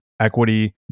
equity